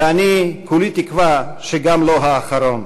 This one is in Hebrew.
ואני כולי תקווה שגם לא האחרון.